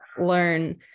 learn